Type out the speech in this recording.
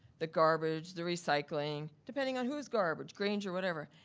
the garbage, the recycling, depending on whose garbage, grange or whatever.